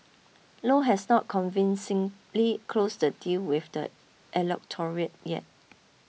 low has not convincingly closed the deal with the electorate yet